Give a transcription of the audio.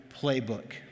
playbook